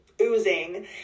oozing